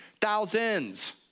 thousands